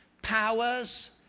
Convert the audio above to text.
powers